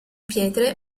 pietre